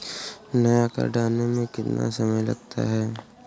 नया कार्ड आने में कितना समय लगता है?